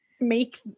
make